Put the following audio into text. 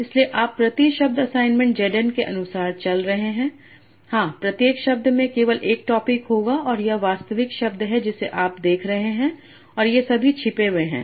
इसलिए आप प्रति शब्द असाइनमेंट Z n के अनुसार चल रहे हैं हां प्रत्येक शब्द में केवल 1 टॉपिक होगा और यह वास्तविक शब्द है जिसे आप देख रहे हैं और ये सभी छिपे हुए हैं